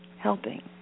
helping